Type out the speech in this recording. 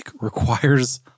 requires